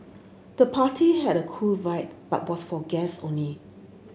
the party had a cool vibe but was for guests only